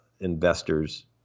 investors